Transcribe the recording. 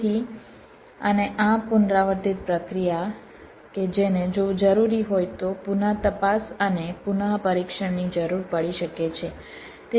તેથી અને આ પુનરાવર્તિત પ્રક્રિયા કે જેને જો જરૂરી હોય તો પુનઃતપાસ અને પુનઃપરીક્ષણની જરૂર પડી શકે છે